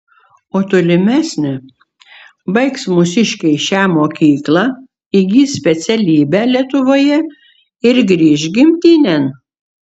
o tolimesnė baigs mūsiškiai šią mokyklą įgis specialybę lietuvoje ir grįš gimtinėn